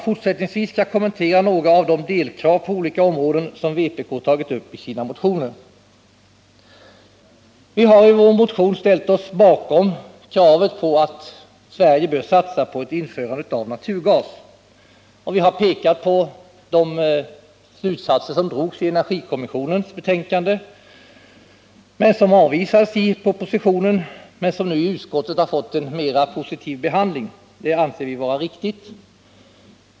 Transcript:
Fortsättningsvis skall jag kommentera några av de delkrav på olika områden som vpk tagit upp i sina motioner. Vi har ställt oss bakom kravet på att Sverige bör satsa på ett införande av naturgas. Vi har pekat på de slutsatser som drogs i energikommissionens betänkande men som avvisades i propositionen. De har nu i utskottet fått en mer positiv behandling, och det anser vi vara riktigt.